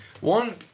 one